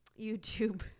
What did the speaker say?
YouTube